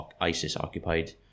ISIS-occupied